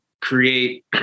create